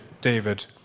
David